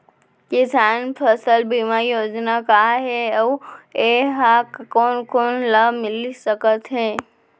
किसान फसल बीमा योजना का हे अऊ ए हा कोन कोन ला मिलिस सकत हे?